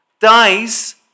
dies